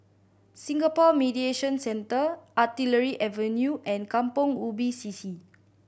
Singapore Mediation Centre Artillery Avenue and Kampong Ubi C C